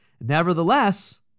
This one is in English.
Nevertheless